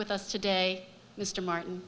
with us today mr martin